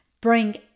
Bring